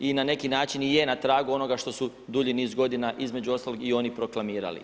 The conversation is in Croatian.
I na neki način i je na tragu onoga što su dulji niz godina između ostalog i oni proklamirali.